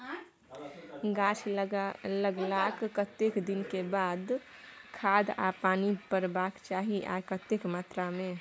गाछ लागलाक कतेक दिन के बाद खाद आ पानी परबाक चाही आ कतेक मात्रा मे?